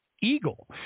eagle